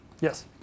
Yes